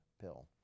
pill